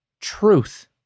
Truth